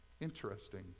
Interesting